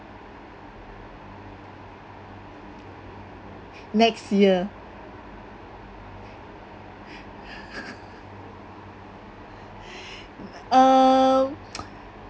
next year err